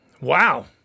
Wow